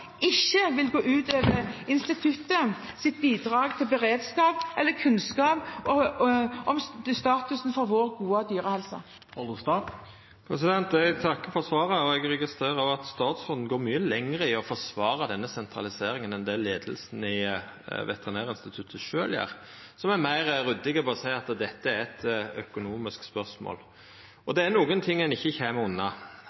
vil gå ut over instituttets bidrag til beredskap eller kunnskap om statusen for vår gode dyrehelse. Eg takkar for svaret. Eg registrerer at statsråden går mykje lenger i å forsvara denne sentraliseringa enn det leiinga ved Veterinærinstituttet sjølv gjer, som er meir ryddig og berre seier at dette er eit økonomisk spørsmål.